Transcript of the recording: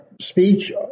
speech